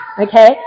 okay